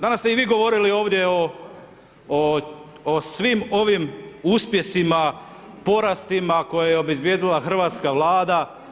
Danas ste i vi govorili ovdje o svim ovim uspjesima, porastima koje je obezbijedila hrvatska Vlada.